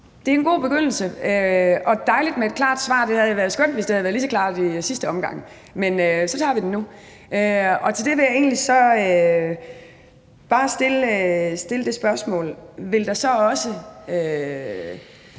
Det er en god begyndelse og dejligt med et klart svar. Det havde jo været skønt, hvis det havde været lige så klart i sidste omgang. Men så tager vi den nu, og der vil jeg egentlig bare stille et spørgsmål. Nu kan man